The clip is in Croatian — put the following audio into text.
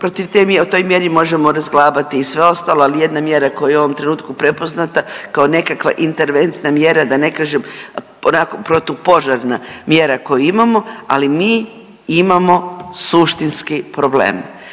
protiv te, o toj mjeri možemo razglabati i sve ostalo, ali jedna mjera koja je u ovom trenutku prepoznata kao nekakva interventna mjera, da ne kažem onako protupožarna mjera koju imamo, ali mi imamo suštinski problem.